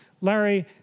Larry